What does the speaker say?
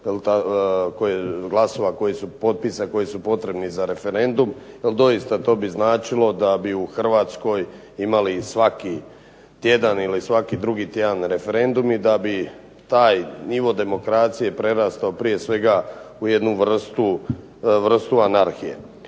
glasova koji su potpisa, koji su potrebni za referendum. Jer doista to bi značilo da bi u Hrvatskoj imali svaki tjedan ili svaki drugi tjedan referendum i da bi taj nivo demokracije prerastao prije svega u jednu vrstu anarhije.